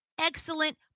excellent